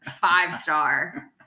five-star